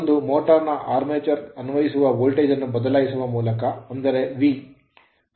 ಒಂದು motor motor ನ armature armature ಗೆ ಅನ್ವಯಿಸುವ ವೋಲ್ಟೇಜ್ ಅನ್ನು ಬದಲಾಯಿಸುವ ಮೂಲಕ ಅಂದರೆ V ಅನ್ವಯಿಕ ವೋಲ್ಟೇಜ್ ಅನ್ನು ನಾವು ಬದಲಾಯಿಸಬಹುದು